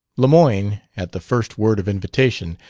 lemoyne, at the first word of invitation,